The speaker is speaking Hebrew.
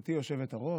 גברתי היושבת-ראש,